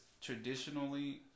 traditionally